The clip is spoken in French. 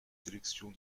sélections